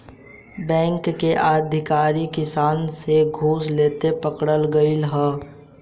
bank के अधिकारी किसान से घूस लेते पकड़ल गइल ह